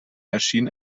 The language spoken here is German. erschien